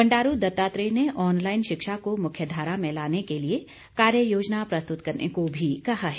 बंडारू दत्तात्रेय ने ऑनलाईन शिक्षा को मुख्य धारा में लाने के लिए कार्य योजना प्रस्तुत करने को भी कहा है